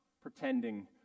pretending